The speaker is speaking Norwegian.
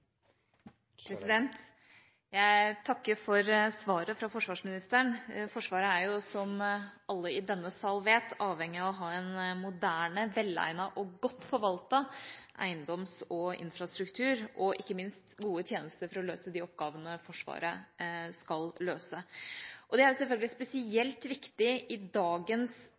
jo, som alle i denne sal vet, avhengig av å ha en moderne, velegnet og godt forvaltet eiendoms- og infrastruktur, og ikke minst gode tjenester for å løse de oppgavene Forsvaret skal løse. Det er selvfølgelig spesielt viktig i dagens